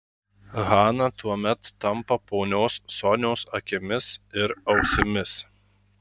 hana tuomet tampa ponios sonios akimis ir ausimis